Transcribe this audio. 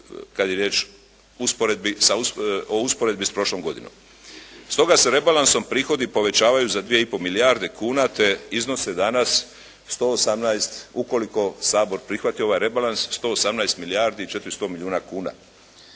kad je riječ o usporedbi s prošlom godinom. Stoga se rebalansom prihodi povećavaju za 2 i pol milijarde kuna, te iznose danas 118, ukoliko Sabor prihvati ovaj rebalans, 118 milijardi i 400 milijuna kuna.